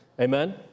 Amen